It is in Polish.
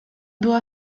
była